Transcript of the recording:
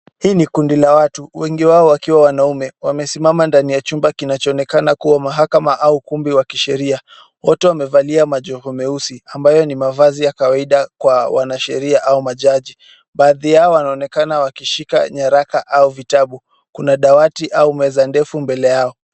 Hii ni kundi la watu, wengi wao wakiwa wanaume wamesimama ndani ya chumba kinachoonekana kuwa mahakama au ukumbi wa kisheria. Wote wamevalia majoho meusi, ambayo ni mavazi ya kawaida kwa wanasheria au majaji. Baadhi yao wanaonekana wakishika nyaraka au vitabu. Kuna dawati au meza ndefu mbele yao.